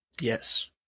yes